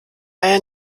eier